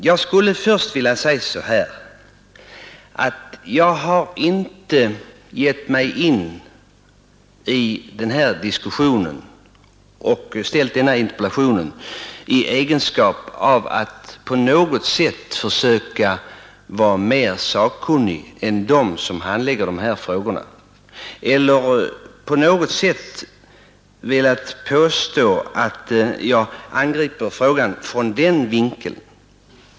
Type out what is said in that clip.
Jag skulle först vilja säga att jag inte har gett mig in i den här diskussionen och ställt den här interpellationen för att på något sätt försöka verka mer sakkunnig än de är som handlägger dessa frågor. Jag har inte heller velat påstå att jag angriper frågan från den vinkeln.